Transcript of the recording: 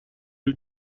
gli